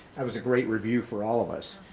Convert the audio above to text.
that was a great review for all of us.